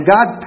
God